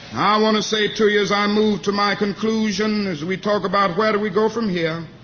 i want to say to you as i move to my conclusion, as we talk about where do we go from here?